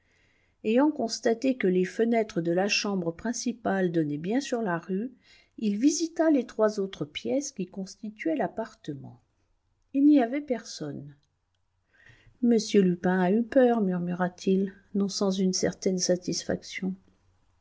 ayant constaté que les fenêtres de la chambre principale donnaient bien sur la rue il visita les trois autres pièces qui constituaient l'appartement il n'y avait personne m lupin a eu peur murmura-t-il non sans une certaine satisfaction